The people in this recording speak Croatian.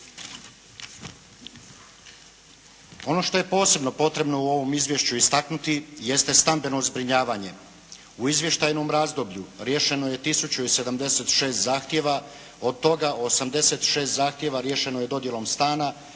Ono što je posebno potrebno u ovom izvješću istaknuti jeste stambeno zbrinjavanje. U izvještajnom razdoblju riješeno je 1076 zahtjeva, od toga 86 zahtjeva riješeno je dodjelom stana,